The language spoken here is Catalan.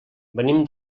venim